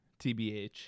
tbh